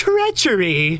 Treachery